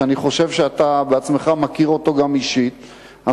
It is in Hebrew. שאני חושב שאתה עצמך מכיר אותו גם אישית,